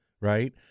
right